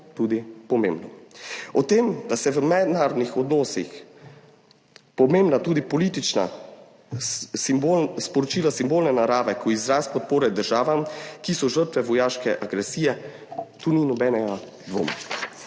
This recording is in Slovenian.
tudi pomembno. O tem, da so v mednarodnih odnosih pomembna tudi politična sporočila simbolne narave, kot je izraz podpore državam, ki so žrtve vojaške agresije, tu ni nobenega dvoma.